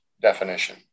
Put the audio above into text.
definition